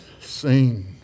Sing